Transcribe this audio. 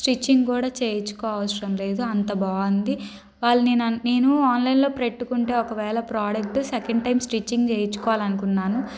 stitching కూడా చేయించుకోవాల్సి అవసరం లేదు అంత బాగుంది వాళ్ళు నేను ఆన్లైన్లో పెట్టుకుంటే ఒకవేళ ప్రోడక్ట్ సెకండ్ టైం స్టిచ్చింగ్ చేయించుకోవాలని అకున్నాను